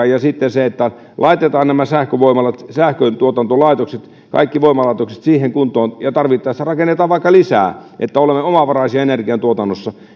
ja sitten siitä että laitetaan nämä sähkövoimalat sähköntuotantolaitokset kaikki voimalaitokset siihen kuntoon ja tarvittaessa rakennetaan vaikka lisää että olemme omavaraisia energiantuotannossa